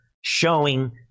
showing